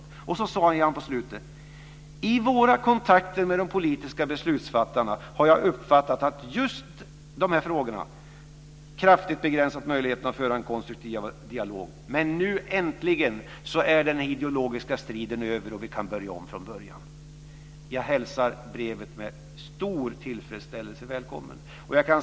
I slutet av pressmeddelandet säger han: I våra kontakter med de politiska beslutsfattarna har jag uppfattat att just denna frågan kraftigt begränsat möjligheterna att föra en konstruktiv dialog, men nu äntligen är den ideologiska striden över och vi kan börja om från början. Jag hälsar brevet välkommet med stor tillfredsställelse.